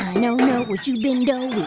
know what you been dough,